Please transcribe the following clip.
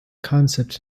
concept